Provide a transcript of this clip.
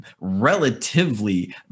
relatively